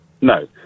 No